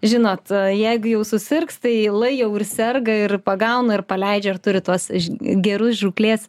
žinot jeigu jau susirgs tai lai jau ir serga ir pagauna ir paleidžia ir turi tuos ž gerus žūklės